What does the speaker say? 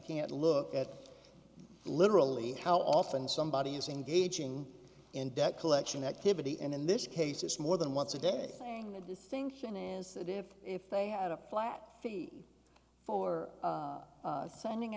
can't look at literally how often somebody is engaging in debt collection activity and in this case it's more than once a day saying the distinction is that if if they had a flat fee for sending